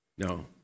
No